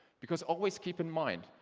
because, always keep in mind,